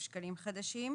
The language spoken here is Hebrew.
שקלים חדשים".